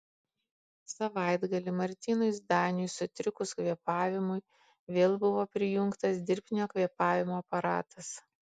savaitgalį martynui zdaniui sutrikus kvėpavimui vėl buvo prijungtas dirbtinio kvėpavimo aparatas